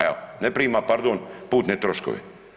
Evo ne prima, pardon putne troškove.